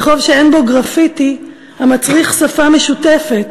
רחוב שאין בו גרפיטי המצריך שפה משותפת,